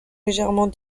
légèrement